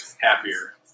happier